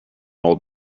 old